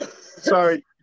Sorry